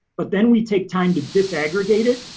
but then we take time to dis-aggregate it.